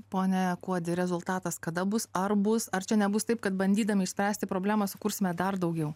pone kuodi rezultatas kada bus ar bus ar čia nebus taip kad bandydami išspręsti problemą sukursime dar daugiau